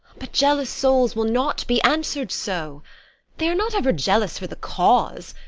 but jealous souls will not be answer'd so they are not ever jealous for the cause,